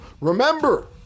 remember